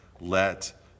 let